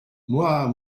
moi